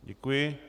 Děkuji.